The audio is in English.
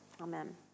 Amen